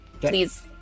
Please